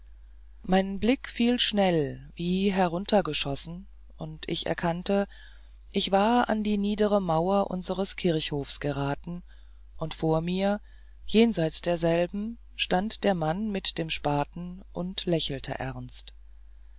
mein blick fiel schnell wie heruntergeschossen und ich erkannte ich war an die niedere mauer unseres kleinen kirchhofs geraten und vor mir jenseits derselben stand der mann mit dem spaten und lächelte ernst